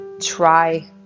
try